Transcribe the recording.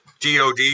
DOD